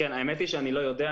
אני לא יודע.